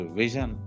vision